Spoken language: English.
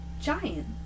giant